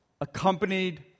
accompanied